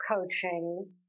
coaching